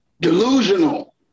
Delusional